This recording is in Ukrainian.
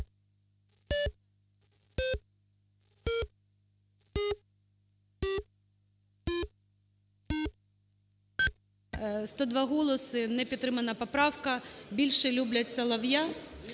102 голоси. Не підтримана поправка. Більше люблять Солов'я